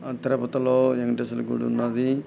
తిరుపతిలో వెంకటేసుల గుడి ఉన్నది